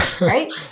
Right